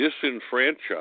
disenfranchised